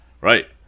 right